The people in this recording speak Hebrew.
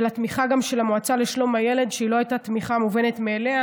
וגם להודות על התמיכה של המועצה לשלום הילד,